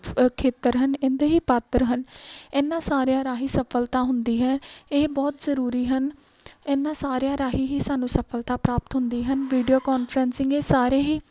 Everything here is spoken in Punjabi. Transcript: ਖੇਤਰ ਹਨ ਇਹਦੇ ਹੀ ਪਾਤਰ ਹਨ ਇਹਨਾਂ ਸਾਰਿਆਂ ਰਾਹੀਂ ਸਫਲਤਾ ਹੁੰਦੀ ਹੈ ਇਹ ਬਹੁਤ ਜ਼ਰੂਰੀ ਹਨ ਇਹਨਾਂ ਸਾਰਿਆਂ ਰਾਹੀਂ ਹੀ ਸਾਨੂੰ ਸਫਲਤਾ ਪ੍ਰਾਪਤ ਹੁੰਦੀ ਹਨ ਵੀਡੀਓ ਕਾਨਫਰਸਿੰਗ ਇਹ ਸਾਰੇ ਹੀ